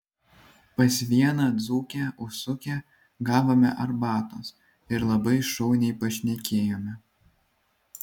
pas vieną dzūkę užsukę gavome arbatos ir labai šauniai pašnekėjome